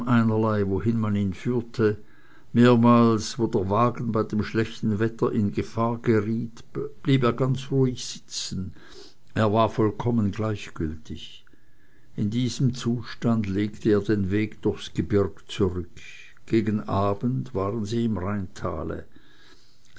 einerlei wohin man ihn führte mehrmals wo der wagen bei dem schlechten wege in gefahr geriet blieb er ganz ruhig sitzen er war vollkommen gleichgültig in diesem zustand legte er den weg durchs gebirg zurück gegen abend waren sie im rheintale